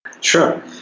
Sure